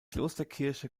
klosterkirche